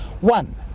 one